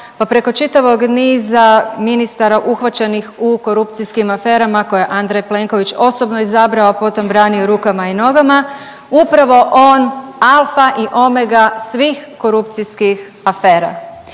pa preko čitavog niza ministara uhvaćenih u korupcijskim aferama koje je Andrej Plenković osobno izabrao a potom branio rukama i nogama, upravo on alfa i omega svih korupcijskih afera.